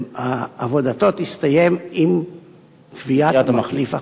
עבודתו תסתיים עם קביעת המחליף החדש.